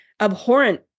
abhorrent